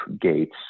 gates